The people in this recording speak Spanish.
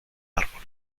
árbol